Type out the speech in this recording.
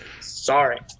Sorry